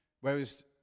Whereas